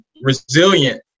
resilient